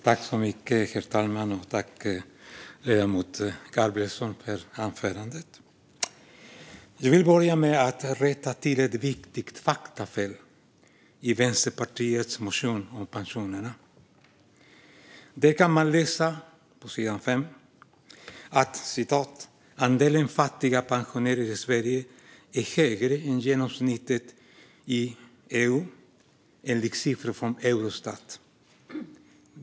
Herr talman! Tack, ledamoten Gabrielsson, för anförandet! Jag vill börja med att rätta till ett viktigt faktafel i Vänsterpartiets motion om pensionerna. Där kan man läsa: "Andelen fattiga pensionärer i Sverige är högre än genomsnittet i EU, enligt siffror från Eurostat".